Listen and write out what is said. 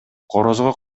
корозго